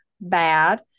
bad